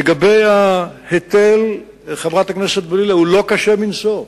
לגבי ההיטל, חברת הכנסת בלילא, הוא לא קשה מנשוא.